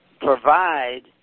provide